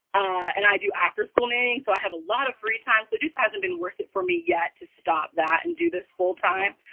and i do after-school nannying, so i have a lot of free time. so it just hasn't been worth it for me yet to stop that and do this full time.